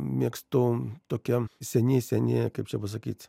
mėgstu tokią seni seni kaip čia pasakyt